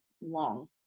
long